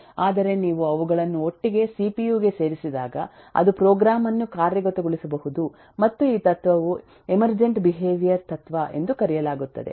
ಆದರೆ ನೀವು ಅವುಗಳನ್ನು ಒಟ್ಟಿಗೆ ಸಿಪಿಯು ಗೆ ಸೇರಿಸಿದಾಗ ಅದು ಪ್ರೋಗ್ರಾಂ ಅನ್ನು ಕಾರ್ಯಗತಗೊಳಿಸಬಹುದು ಮತ್ತು ಈ ತತ್ವವು ಎಮೆರ್ಜೆಂಟ್ ಬಿಹೇವಿಯರ್ ತತ್ವ ಎಂದು ಕರೆಯಲಾಗುತ್ತದೆ